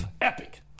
Epic